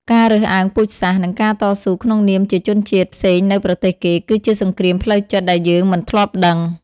ការរើសអើងពូជសាសន៍ និងការតស៊ូក្នុងនាមជាជនជាតិផ្សេងនៅប្រទេសគេ គឺជាសង្គ្រាមផ្លូវចិត្តដែលយើងមិនធ្លាប់ដឹង។